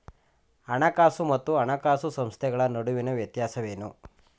ಹಣಕಾಸು ಮತ್ತು ಹಣಕಾಸು ಸಂಸ್ಥೆಗಳ ನಡುವಿನ ವ್ಯತ್ಯಾಸವೇನು?